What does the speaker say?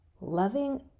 Loving